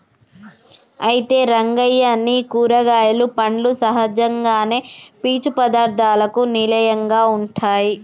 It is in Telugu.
అయితే రంగయ్య నీ కూరగాయలు పండ్లు సహజంగానే పీచు పదార్థాలకు నిలయంగా ఉంటాయి